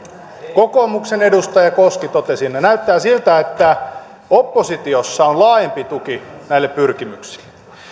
kokoomuksen edustaja koski totesi näin ja näyttää siltä että oppositiossa on laajempi tuki näille pyrkimyksille